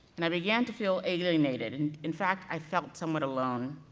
and i began to feel alienated. and in fact, i felt somewhat alone,